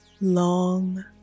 long